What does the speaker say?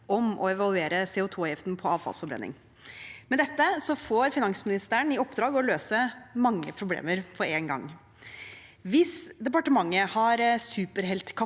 om å evaluere CO2-avgiften på avfallsforbrenning. Med dette får finansministeren i oppdrag å løse mange problemer på én gang. Hvis departementet har superheltkapper,